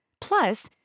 Plus